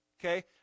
Okay